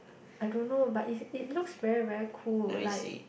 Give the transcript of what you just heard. I don't know but is it looks very very cool like